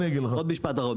עוד משפט אחרון.